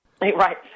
Right